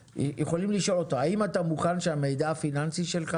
יכולים לשאול את הבן אדם האם הוא מוכן שהמידע הפיננסי שלו